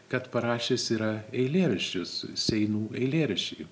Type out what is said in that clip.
kad parašęs yra eilėraščius seinų eilėraščiai